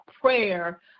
prayer